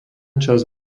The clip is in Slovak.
časť